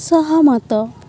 ସହମତ